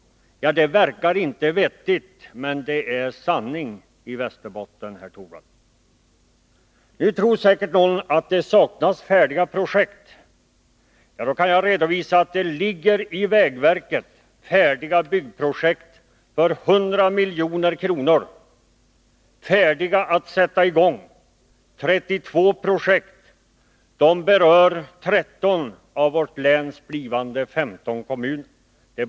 Det verkar inte vettigt, men det är sanningen i Västerbotten, herr Torwald. Nu tror säkert någon att det saknas färdiga projekt. Då kan jag redovisa att det i vägverket ligger 32 färdiga byggprojekt för 100 milj.kr. klara att sättas i gång. De berör 13 av vårt läns blivande 15 kommuner.